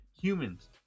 Humans